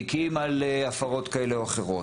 תיקים על הפרות כאלה או אחרות.